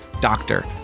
doctor